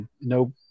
no